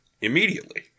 immediately